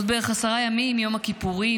בעוד עשרה ימים בערך יום הכיפורים,